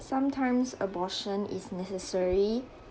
sometimes abortion is necessary